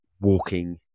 walking